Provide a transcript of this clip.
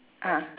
ah